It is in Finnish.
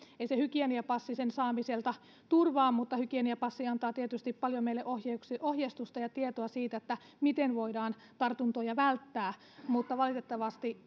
ei se hygieniapassi tosiaan sen viruksen saamiselta turvaa mutta hygieniapassi antaa tietysti paljon meille ohjeistusta ja tietoa siitä miten voidaan tartuntoja välttää valitettavasti